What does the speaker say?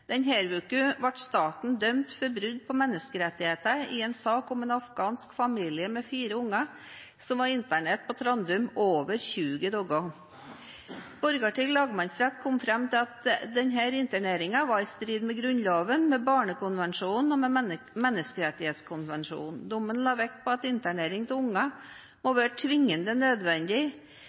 ble staten dømt for brudd på menneskerettighetene i en sak om en afghansk familie med fire unger som var internert på Trandum i over 20 dager. Borgarting lagmannsrett kom fram til at denne interneringen var i strid med Grunnloven, med barnekonvensjonen og med menneskerettskonvensjonen. Dommen la vekt på at internering av unger må være tvingende nødvendig